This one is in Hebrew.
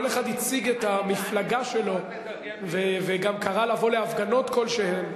כל אחד הציג את המפלגה שלו וגם קרא לבוא להפגנות כלשהן.